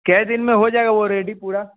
कै दिन में हो जाएगा वो रेडी पूरा